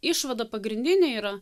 išvada pagrindinė yra